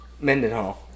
Mendenhall